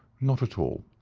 not at all.